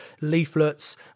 leaflets